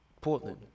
Portland